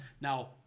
Now